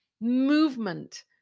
movement